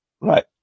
Right